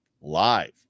live